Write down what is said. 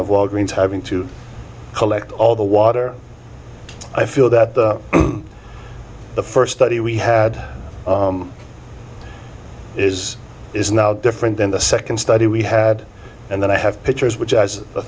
walgreens having to collect all the water i feel that the first study we had is is now different than the second study we had and then i have pictures which as